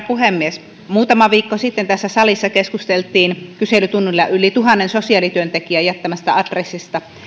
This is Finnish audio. puhemies muutama viikko sitten tässä salissa keskusteltiin kyselytunnilla yli tuhannen sosiaalityöntekijän jättämästä adressista